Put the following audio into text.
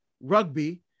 rugby